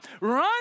Run